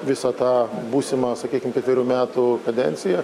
visą tą būsimą sakykim ketverių metų kadenciją